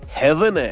heaven